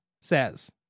says